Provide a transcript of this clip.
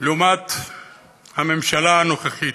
לעומת הממשלה הנוכחית,